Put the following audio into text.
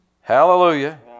Hallelujah